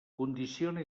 condiciona